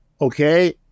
Okay